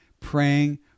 praying